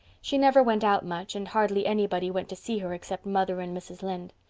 she never went out much and hardly anybody went to see her except mother and mrs. lynde.